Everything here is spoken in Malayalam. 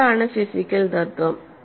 എന്താണ് ഫിസിക്കൽ തത്വം